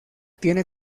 tiene